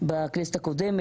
זה התקדים שיצרתם.